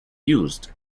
used